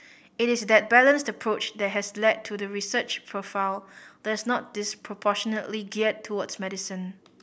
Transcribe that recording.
it is that balanced approach that has led to the research profile that is not disproportionately geared towards medicine